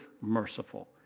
merciful